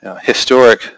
historic